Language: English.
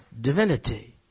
Divinity